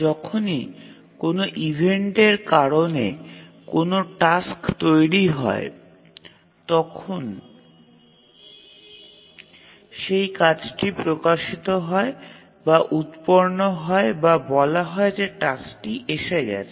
যখনই কোনও ইভেন্টের কারণে কোনও টাস্ক তৈরি হয় তখন সেই কাজটি প্রকাশিত হয় বা উত্পন্ন হয় বা বলা হয় যে টাস্কটি এসে গেছে